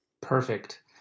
Perfect